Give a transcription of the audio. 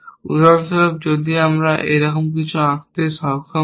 উদাহরণস্বরূপ যদি আমি এইরকম কিছু আঁকতে সক্ষম হই